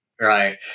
Right